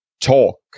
talk